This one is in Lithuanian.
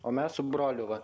o mes su broliu va